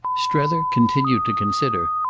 strether continued to consider.